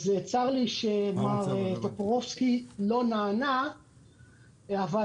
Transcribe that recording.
צר לי שמר טופורובסקי לא נענה על ידי משרד